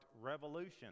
revolution